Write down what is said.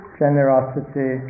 generosity